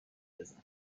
بزن